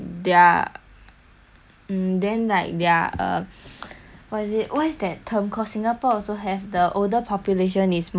and then like their uh what is it what is that term cause singapore also have the older population is more than the younger population